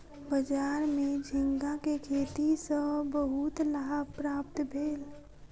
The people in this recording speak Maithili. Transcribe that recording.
बजार में झींगा के खेती सॅ बहुत लाभ प्राप्त भेल